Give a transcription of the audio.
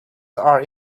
are